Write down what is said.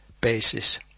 basis